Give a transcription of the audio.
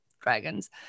dragons